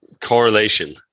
correlation